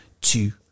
two